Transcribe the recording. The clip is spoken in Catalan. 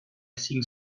cinc